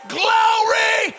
glory